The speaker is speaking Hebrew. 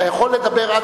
אתה יכול לדבר,